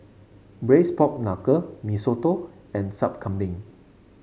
Braised Pork Knuckle Mee Soto and Sup Kambing